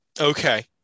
Okay